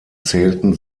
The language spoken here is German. zählten